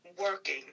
Working